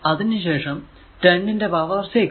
അതിനു ശേഷം 10 ന്റെ പവർ 6